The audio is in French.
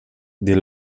des